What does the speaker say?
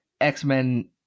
X-Men